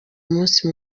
munsi